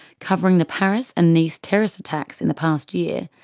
covering the paris and nice terrorist attacks in the past year,